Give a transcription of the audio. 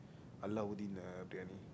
Alauddin-Briyani